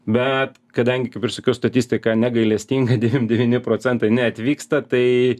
bet kadangi kaip ir sakiau statistika negailestinga devym devyni procentai neatvyksta tai